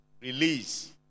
release